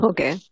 Okay